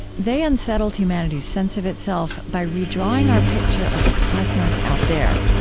they unsettled humanity's sense of itself by redrawing our picture of the cosmos out there.